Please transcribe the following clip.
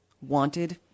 wanted